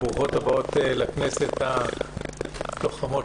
ברוכות הבאות לכנסת הלוחמות